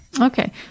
okay